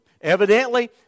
evidently